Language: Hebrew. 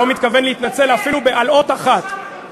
לא מתכוון להתנצל אפילו על אות אחת.